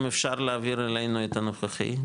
אם אפשר להעביר אלינו את הנוכחי,